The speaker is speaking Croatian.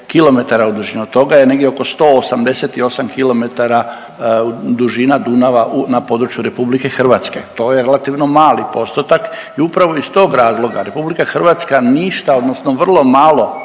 od toga je negdje oko 188 kilometara dužina Dunava na području RH. To je relativno mali postotak i upravo iz tog razloga, RH ništa odnosno vrlo malo